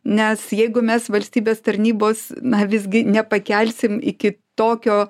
nes jeigu mes valstybės tarnybos na visgi nepakelsim iki tokio